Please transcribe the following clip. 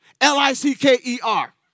L-I-C-K-E-R